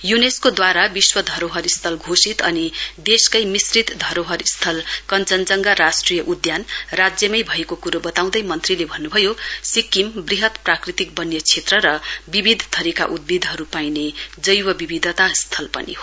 UNESCO द्वारा विश्व धरोहर स्थल घोषित अनि देशकै मिश्रित धरोहर स्थल कञ्जनजघां राष्ट्रिय उद्यान राज्यमै भएको कुरो बताउंदै मन्त्रीले भन्नु भयो सिक्किम वृहत प्राकृतिक वन्य क्षेत्र र विविध थरीका उद्भिदहरू पाइने जैवविविधता स्थल पनि हो